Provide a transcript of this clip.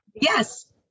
Yes